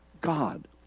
God